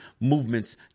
movements